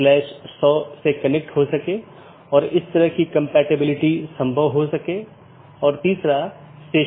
BGP को एक एकल AS के भीतर सभी वक्ताओं की आवश्यकता होती है जिन्होंने IGBP कनेक्शनों को पूरी तरह से ठीक कर लिया है